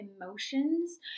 emotions